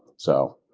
so,